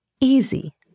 easy